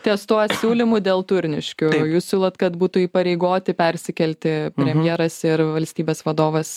ties tuo siūlymu dėl turniškių jūs siūlot kad būtų įpareigoti persikelti premjeras ir valstybės vadovas